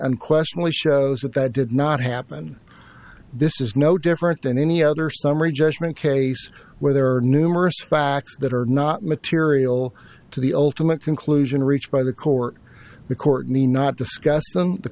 unquestionably shows that that did not happen this is no different than any other summary judgment case where there are numerous facts that are not material to the ultimate conclusion reached by the court the court may not discus